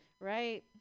right